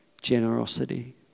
generosity